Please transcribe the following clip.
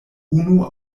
unu